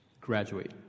Graduate